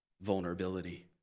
Vulnerability